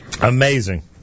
Amazing